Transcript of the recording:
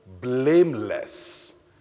blameless